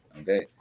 okay